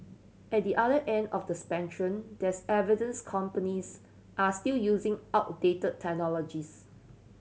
at the other end of the spectrum there's evidence companies are still using outdate technologies